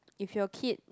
if your kid